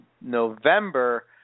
November